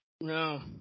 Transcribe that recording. No